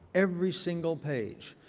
every single page.